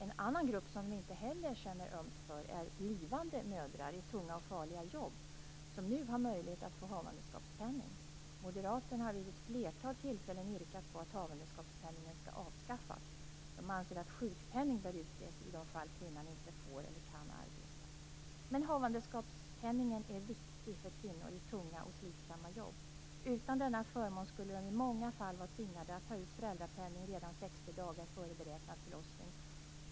En annan grupp som de inte heller känner ömt för är blivande mödrar i tunga och farliga jobb, som nu har möjlighet att få havandeskapspenning. Moderaterna har vid ett flertal tillfällen yrkat på att havandeskapspenningen skall avskaffas. De anser att sjukpenning bör utges i de fall kvinnan inte får eller kan arbeta. Men havandeskapspenningen är viktig för kvinnor i tunga och slitsamma jobb. Utan denna förmån skulle de i många fall vara tvingade att ta ut föräldrapenning redan 60 dagar före beräknad förlossning.